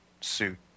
suit